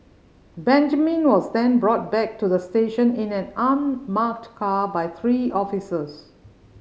Benjamin was then brought back to the station in an unmarked car by three officers